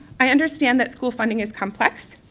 i understand that school funding is complex.